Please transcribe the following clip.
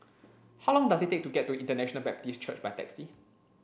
how long does it take to get to International Baptist Church by taxi